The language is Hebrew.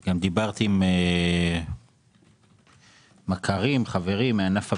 גם דיברתי עם מכרים וחברים מענף הבנייה,